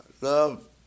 love